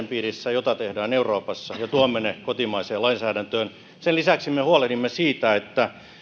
piirissä mitä tehdään euroopassa ja tuomme ne kotimaiseen lainsäädäntöön sen lisäksi me huolehdimme siitä että suomessa